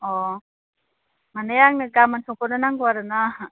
अ माने आंनो गाबोन समफोरनो नांगौ आरोना